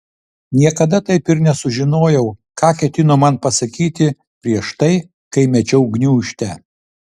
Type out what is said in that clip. niekada taip ir nesužinojau ką ketino man pasakyti prieš tai kai mečiau gniūžtę